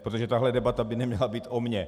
Protože tahle debata by neměla být o mně.